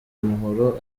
umuhoro